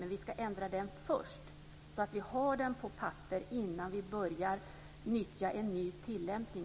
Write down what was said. Men vi ska ändra den först, så att vi har den på papper innan vi börjar nyttja en ny tillämpning.